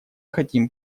хотим